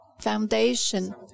foundation